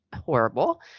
horrible